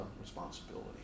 responsibility